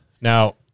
Now